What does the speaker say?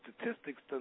statistics